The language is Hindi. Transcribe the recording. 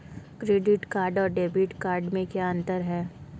क्रेडिट कार्ड और डेबिट कार्ड में क्या अंतर है?